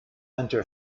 enter